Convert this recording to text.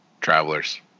travelers